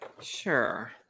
Sure